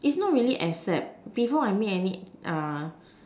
is not really accept before I made any